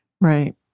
Right